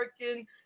American